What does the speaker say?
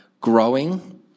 growing